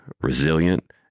resilient